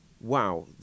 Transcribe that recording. wow